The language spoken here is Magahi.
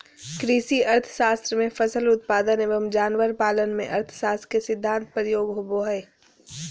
कृषि अर्थशास्त्र में फसल उत्पादन एवं जानवर पालन में अर्थशास्त्र के सिद्धान्त प्रयोग होबो हइ